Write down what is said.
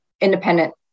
independent